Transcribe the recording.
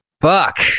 Fuck